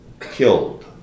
killed